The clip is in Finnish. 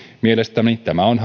mielestäni tämä on